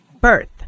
birth